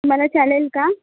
तुम्हाला चालेल का